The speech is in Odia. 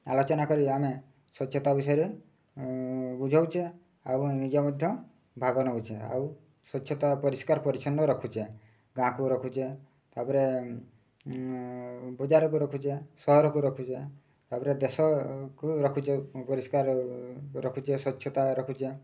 ଆଲୋଚନା କରି ଆମେ ସ୍ୱଚ୍ଛତା ବିଷୟରେ ବୁଝାଉଛେ ଆଉ ନିଜେ ମଧ୍ୟ ଭାଗ ନେଉଛେ ଆଉ ସ୍ୱଚ୍ଛତା ପରିଷ୍କାର ପରିଚ୍ଛନ୍ନ ରଖୁଛେ ଗାଁକୁ ରଖୁଛେ ତା'ପରେ ବଜାରକୁ ରଖୁଛେ ସହରକୁ ରଖୁଛେ ତା'ପରେ ଦେଶକୁ ରଖୁଛେ ପରିଷ୍କାର ରଖୁଛେ ସ୍ୱଚ୍ଛତା ରଖୁଛେ